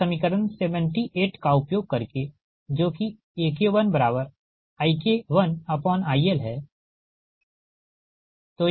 अब समीकरण 78 का उपयोग करके जो कि AK1IK1IL है